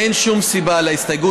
אין שום סיבה להסתייגות.